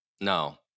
No